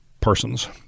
persons